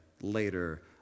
later